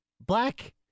black